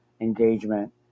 engagement